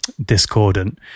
discordant